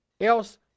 Else